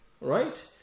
Right